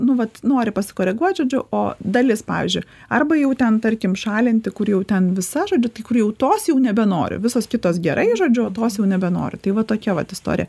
nu vat nori pasikoreguot žodžiu o dalis pavyzdžiui arba jau ten tarkim šalinti kur jau ten visa žodžiu tai kur jau tos jau nebenoriu visos kitos gerai žodžiu o tos jau nebenoriu tai va tokia vat istorija